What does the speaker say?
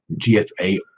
GSA